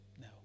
no